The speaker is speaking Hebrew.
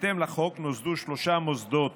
בהתאם לחוק, נוסדו שלושה מוסדות